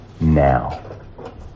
now